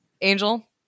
Angel